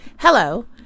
Hello